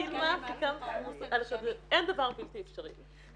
אין דבר בלתי אפשרי.